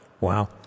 Wow